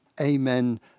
amen